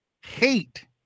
hate